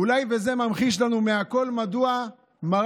אולי זה ממחיש לנו יותר מכול מדוע מרן,